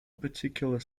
particular